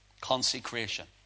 Consecration